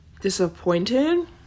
disappointed